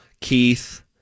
Keith